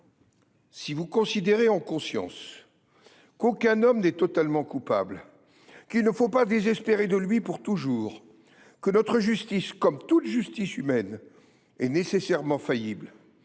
[S]i vous considérez, en conscience, qu’aucun homme n’est totalement coupable, qu’il ne faut pas désespérer de lui pour toujours, que notre justice, comme toute justice humaine, est nécessairement faillible